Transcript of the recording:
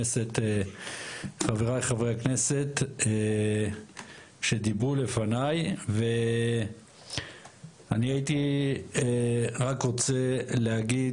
חברי הכנסת שדיברו לפניי ואני הייתי רק רוצה להגיד